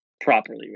properly